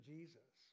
Jesus